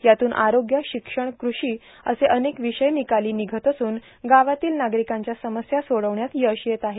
यातून आरोग्य र्शिक्षण कृषी असे अनेक र्विषय र्णनकालो निघत असून गावातील नार्गारकांच्या समस्या सोर्डावण्यात यश येत आहे